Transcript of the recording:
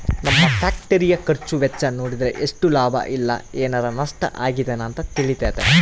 ನಮ್ಮ ಫ್ಯಾಕ್ಟರಿಯ ಖರ್ಚು ವೆಚ್ಚ ನೋಡಿದ್ರೆ ಎಷ್ಟು ಲಾಭ ಇಲ್ಲ ಏನಾರಾ ನಷ್ಟ ಆಗಿದೆನ ಅಂತ ತಿಳಿತತೆ